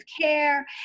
care